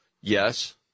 Yes